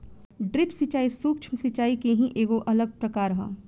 drip सिंचाई, सूक्ष्म सिचाई के ही एगो अलग प्रकार ह